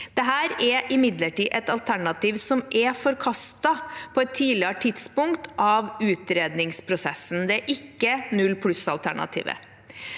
imidlertid et alternativ som er forkastet på et tidligere tidspunkt av utredningsprosessen,